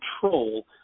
control